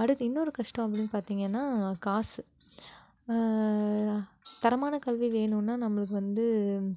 அடுத்து இன்னொரு கஷ்டம் அப்படின்னு பார்த்தீங்கன்னா காசு தரமான கல்வி வேணும்னால் நம்மளுக்கு வந்து